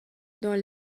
dans